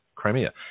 Crimea